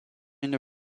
une